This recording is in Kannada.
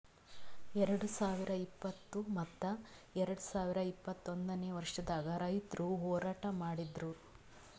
ಎರಡು ಸಾವಿರ ಇಪ್ಪತ್ತು ಮತ್ತ ಎರಡು ಸಾವಿರ ಇಪ್ಪತ್ತೊಂದನೇ ವರ್ಷದಾಗ್ ರೈತುರ್ ಹೋರಾಟ ಮಾಡಿದ್ದರು